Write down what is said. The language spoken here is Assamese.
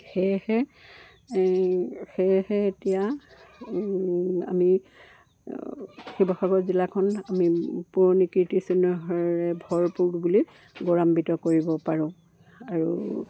সেয়েহে সেয়েহে এতিয়া আমি শিৱসাগৰ জিলাখন আমি পুৰণি কীৰ্তিচিহ্নৰে ভৰপূৰ বুলি গৌৰান্ৱিত কৰিব পাৰোঁ আৰু